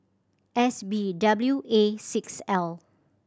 S B W A six L